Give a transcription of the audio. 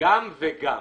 גם וגם.